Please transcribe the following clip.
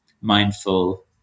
mindful